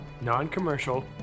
non-commercial